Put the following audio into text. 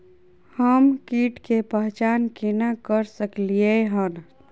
हम कीट के पहचान केना कर सकलियै हन?